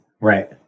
Right